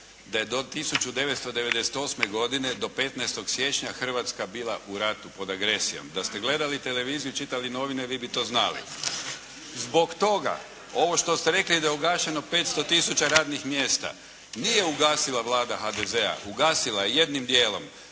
Da je do 1998. godine, do 15. siječnja Hrvatska bila u ratu, pod agresijom. Da ste gledali televiziju, čitali novine vi bi to znali. Zbog toga ovo što ste rekli da je ugašeno 500 tisuća radnih mjesta nije ugasila Vlada HDZ-a, ugasila je jednim dijelom